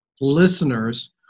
listeners